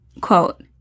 quote